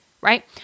right